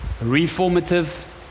Reformative